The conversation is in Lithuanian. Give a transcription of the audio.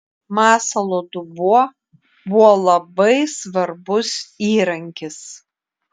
masalo dubuo buvo labai svarbus įrankis